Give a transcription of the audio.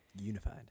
unified